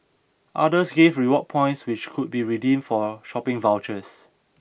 others gave rewards points which could be redeemed for shopping vouchers